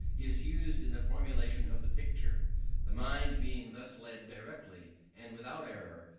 is used in the formation of the picture the mind being thus led directly, and without error,